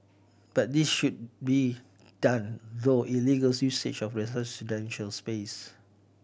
but this should be done though illegal usage of residential space